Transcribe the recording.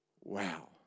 Wow